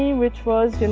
which was,